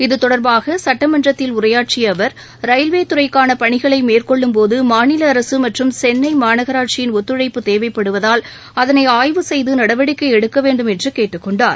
இதுதொடர்பாக சட்டமன்றத்தில் உரையாற்றிய அவர் ரயில்வேத் துறைக்கான பணிகளை மேற்கொள்ளும் போது மாநில அரசு மற்றும் சென்னை மாநகராட்சியின் ஒத்துழைப்பு தேவைப்படுவதால் அதனை ஆய்வு செய்து நடவடிக்கை எடுக்க வேண்டும் என்று கேட்டுக் கொண்டார்